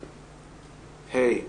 ה',